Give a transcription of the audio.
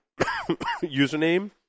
username